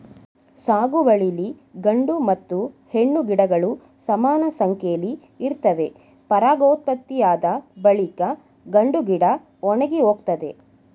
ಸಾಗುವಳಿಲಿ ಗಂಡು ಮತ್ತು ಹೆಣ್ಣು ಗಿಡಗಳು ಸಮಾನಸಂಖ್ಯೆಲಿ ಇರ್ತವೆ ಪರಾಗೋತ್ಪತ್ತಿಯಾದ ಬಳಿಕ ಗಂಡುಗಿಡ ಒಣಗಿಹೋಗ್ತದೆ